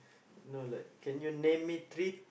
no like can you name me three